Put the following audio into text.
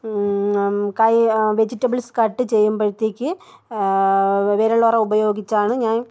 കൈ vegetables cut ചെയ്യുമ്പോഴ്ത്തേക്ക് വിരലുറ ഉപയോഗിച്ചാണ് ഞാൻ